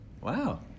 Wow